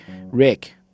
rick